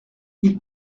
ils